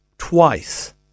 Twice